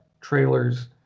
trailers